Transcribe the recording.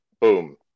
boom